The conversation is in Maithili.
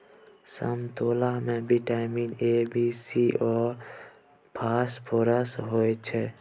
समतोला मे बिटामिन ए, बी, सी आ फास्फोरस होइ छै